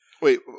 wait